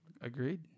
Agreed